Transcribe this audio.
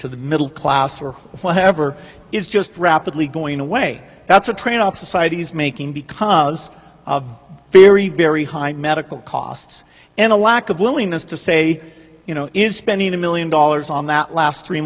to the middle class or whatever is just rapidly going away that's a trade off societies making because of very very high medical costs and a lack of willingness to say you know is spending a million dollars on that last three